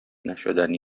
نشدنی